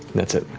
that's it.